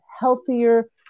healthier